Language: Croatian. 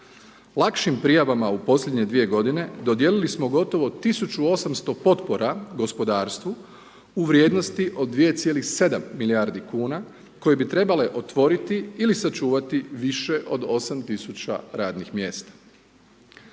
Lakšim prijavama u posljednje 2 godine dodijelili smo gotovo 1800 potpora gospodarstvu u vrijednosti od 2,7 milijardi kuna koje bi trebale otvoriti ili sačuvati više od 8 tisuća radnih mjesta.